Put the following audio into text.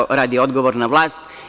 Tako radi odgovorna vlast.